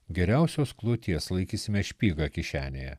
geriausios kloties laikysime špygą kišenėje